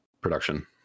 production